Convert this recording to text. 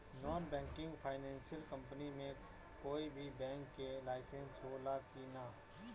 Non banking financial company मे कोई भी बैंक के लाइसेन्स हो ला कि ना?